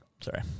Sorry